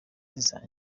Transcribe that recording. n’inshuti